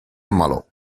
ammalò